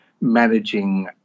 managing